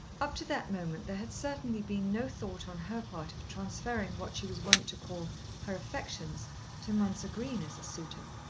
up to that moment there had certainly been no thought on her part of transferring what she was wont to call her affections to mounser green as a suitor.